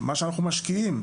מה שאנחנו משקיעים,